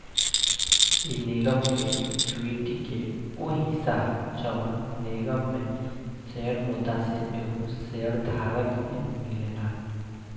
इ निगम के एक्विटी के उ हिस्सा ह जवन निगम में शेयर मुद्दा से एगो शेयर धारक के मिलेला